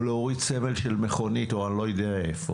או להוריד סמל של מכונית או אני לא יודע איפה.